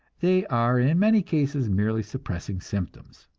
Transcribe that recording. they are in many cases merely suppressing symptoms.